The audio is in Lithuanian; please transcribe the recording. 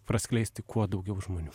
praskleisti kuo daugiau žmonių